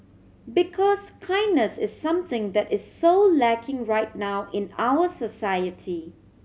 because kindness is something that is so lacking right now in our society